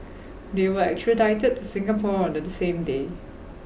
they were extradited to Singapore on the same day